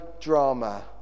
drama